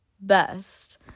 best